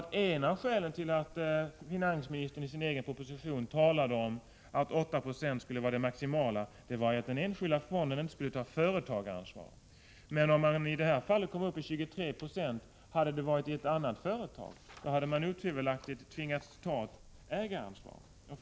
Ett av skälen till att finansministern i sin egen proposition talade om att 8 20 skulle vara det maximala innehavet var att den enskilda fonden inte skulle ta företagaransvar. Om man, som i det här fallet, hade kommit upp i 23 96 i ett annat företag, hade man otvivelaktigt tvingats ta ett ägaransvar.